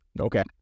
Okay